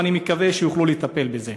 ואני מקווה שיוכלו לטפל בזה.